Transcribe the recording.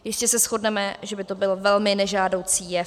Jistě se shodneme, že by to byl velmi nežádoucí jev.